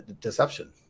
deception